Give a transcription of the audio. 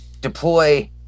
deploy